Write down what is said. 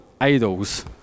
idols